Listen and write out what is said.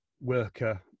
worker